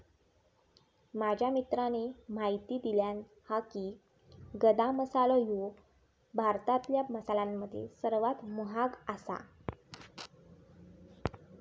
माझ्या मित्राने म्हायती दिल्यानं हा की, गदा मसालो ह्यो भारतातल्या मसाल्यांमध्ये सर्वात महाग आसा